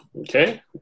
okay